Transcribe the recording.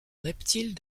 reptiles